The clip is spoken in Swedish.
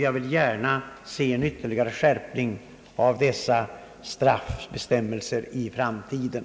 Jag vill gärna se en ytterligare skärpning av dessa straffbestämmelser i framtiden.